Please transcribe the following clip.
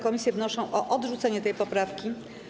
Komisje wnoszą o odrzucenie tej poprawki.